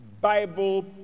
Bible